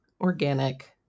organic